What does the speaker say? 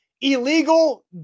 illegal